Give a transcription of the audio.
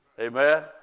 Amen